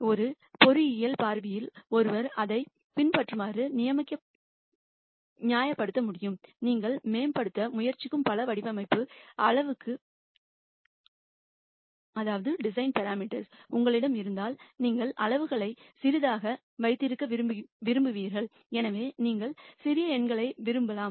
ஒரு பொறியியல் பார்வையில் ஒருவர் இதை பின்வருமாறு நியாயப்படுத்த முடியும் நீங்கள் மேம்படுத்த முயற்சிக்கும் பல டிசைன் பாராமீட்டர்ஸ் உங்களிடம் இருந்தால் நீங்கள் அளவுகளை சிறியதாக வைத்திருக்க விரும்புவீர்கள் எனவே நீங்கள் சிறிய எண்களை விரும்பலாம்